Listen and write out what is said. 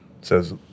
says